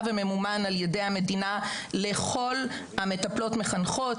וממומן על ידי המדינה לכל המטפלות מחנכות,